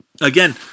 Again